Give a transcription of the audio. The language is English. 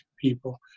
people